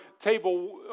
table